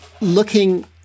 looking